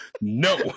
No